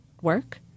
work